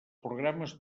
programes